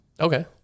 Okay